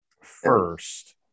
first